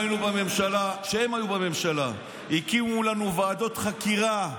כשהם היו בממשלה, הקימו לנו ועדות חקירה,